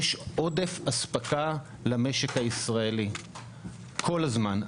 יש עודף אספקה למשק הישראלי כל הזמן.